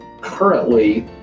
currently